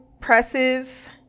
presses